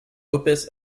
opus